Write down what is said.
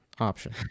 option